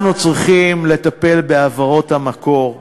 אנחנו צריכים לטפל בהעברות המקור,